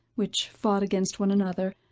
which fought against one another,